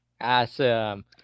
awesome